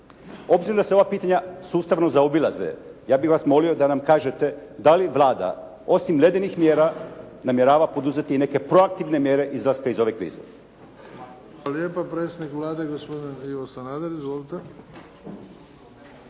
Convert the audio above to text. Obzirom da se ova pitanja sustavno zaobilaze, ja bih vas molio da nam kažete da li Vlada osim ledenih mjera namjerava poduzeti i neke proaktivne mjere izlaska iz ove krize. **Bebić, Luka (HDZ)** Hvala lijepa. Predsjednik Vlade, gospodin Ivo Sanader. Izvolite.